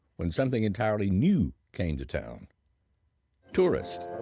when something entirely new came to town tourists.